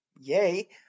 yay